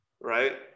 right